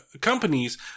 companies